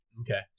Okay